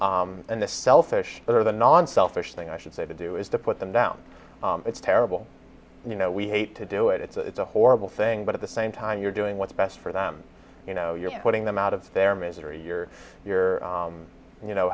and it's selfish for the non selfish thing i should say to do is to put them down it's terrible you know we hate to do it it's a horrible thing but at the same time you're doing what's best for them you know you're putting them out of their misery you're you're you know